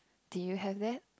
do you have that